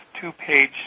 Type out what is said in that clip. two-page